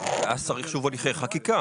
ואז צריך שוב הליכי חקיקה.